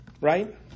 Right